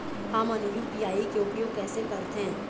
हमन यू.पी.आई के उपयोग कैसे करथें?